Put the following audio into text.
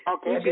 Okay